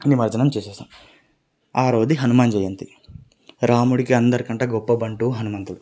నిమజ్జనం చేసేసాము ఆరవది హనుమాన్ జయంతి రాముడికి అందరి కంటే గొప్ప బంటు హనుమంతుడు